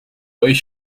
euch